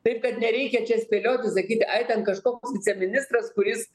taip kad nereikia čia spėlioti sakyti aj ten kažkoks viceministras kuris